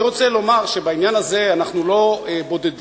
אני רוצה לומר שבעניין הזה אנחנו לא בודדים,